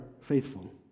faithful